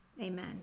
Amen